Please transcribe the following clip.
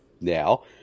now